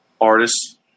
artists